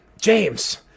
James